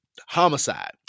homicide